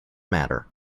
matter